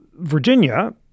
Virginia